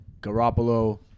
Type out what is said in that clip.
Garoppolo